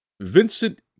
Vincent